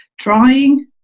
trying